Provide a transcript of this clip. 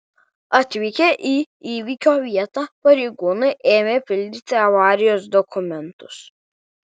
atvykę į įvykio vietą pareigūnai ėmė pildyti avarijos dokumentus